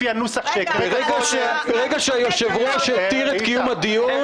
לפי הנוסח שהקראת --- ברגע שהיושב-ראש התיר את קיום הדיון,